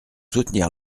soutenir